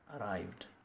arrived